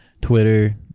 Twitter